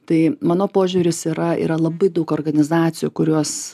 tai mano požiūris yra yra labai daug organizacijų kurios